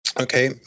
Okay